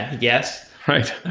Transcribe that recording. yes right.